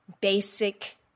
basic